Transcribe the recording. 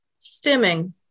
Stimming